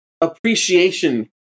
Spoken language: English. appreciation